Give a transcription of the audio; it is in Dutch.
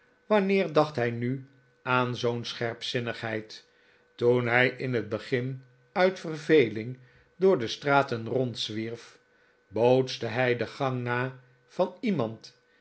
wanneer dacht hij nu aan zoo'n scherpzinnigheid toen hij in het begin uit verveling door de straten rondzwierf bootste hij den gang na van iemand